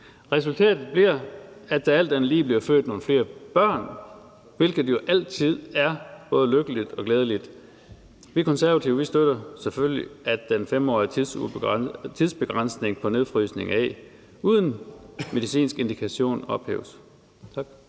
Resultatet bliver alt andet lige, at der bliver født nogle flere børn, hvilket jo altid er både lykkeligt og glædeligt. Vi Konservative støtter selvfølgelig, at den 5-årige tidsbegrænsning for nedfrosne æg uden medicinsk indikation ophæves.